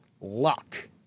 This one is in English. luck